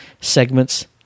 segments